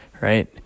right